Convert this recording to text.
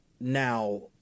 Now